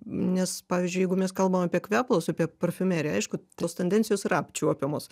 nes pavyzdžiui jeigu mes kalbam apie kvepalus apie parfumeriją aišku tos tendencijos yra apčiuopiamos